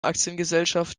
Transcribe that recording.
aktiengesellschaft